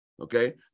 okay